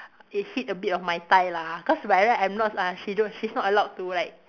it hit a bit of my thigh lah cause by right I'm not uh she don't she's not allowed to like